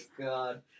god